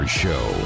show